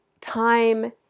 Time